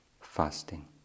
fasting